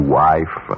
wife